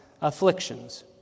afflictions